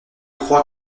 crois